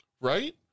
Right